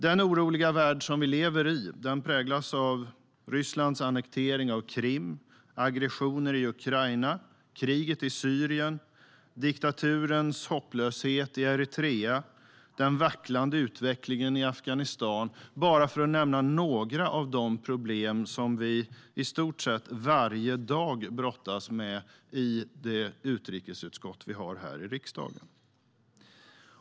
Den oroliga värld som vi lever i präglas av Rysslands annektering av Krim, aggressioner i Ukraina, kriget i Syrien, diktaturens hopplöshet i Eritrea och den vacklande utvecklingen i Afghanistan - bara för att nämna några av de problem som vi i stort sett varje dag brottas med i det utrikesutskott vi har här i riksdagen.